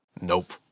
Nope